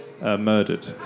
murdered